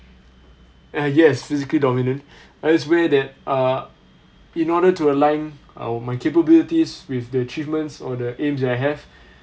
and yes physically dominant I just feel that uh in order to align our my capabilities with the achievements or the aims that I have